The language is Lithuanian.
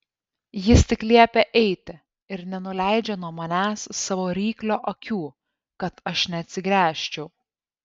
jis tik liepia eiti ir nenuleidžia nuo manęs savo ryklio akių kad aš neatsigręžčiau